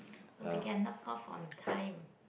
so they can knock off on time